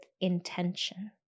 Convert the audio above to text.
intention